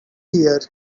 here